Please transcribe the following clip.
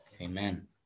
Amen